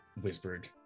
whispered